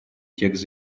текст